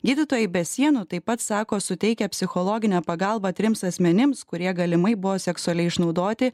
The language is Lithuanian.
gydytojai be sienų taip pat sako suteikia psichologinę pagalbą trims asmenims kurie galimai buvo seksualiai išnaudoti